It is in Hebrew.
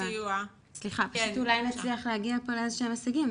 פשוט אולי נצליח להגיע פה לאיזה שהם הישגים.